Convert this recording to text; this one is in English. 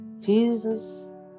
Jesus